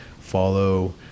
follow